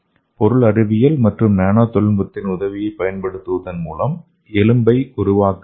பொருள் அறிவியல் மற்றும் நானோ தொழில்நுட்பத்தின் உதவியைப் பயன்படுத்துவதன் மூலம் எலும்பைப் உருவாக்க முடியும்